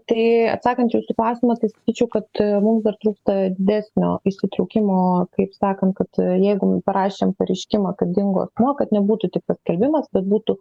tai atsakant į jūsų klausimą tai sakyčiau kad mums dar trūksta didesnio įsitraukimo kaip sakant kad jeigu parašėm pareiškimą kad dingo asmuo kad nebūtų tik tas skelbimas bet būtų